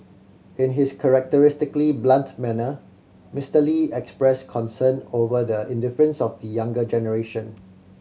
in his characteristically blunt manner Mister Lee expressed concern over the indifference of the younger generation